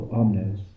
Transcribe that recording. omnes